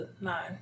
nine